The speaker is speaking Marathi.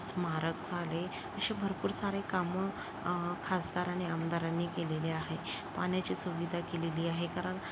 स्मारक झाले असे भरपूर सारे कामं खासदार आणि आमदारांनी केलेले आहे पाण्याची सुविधा केलेली आहे कारण